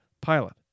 pilot